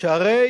שהרי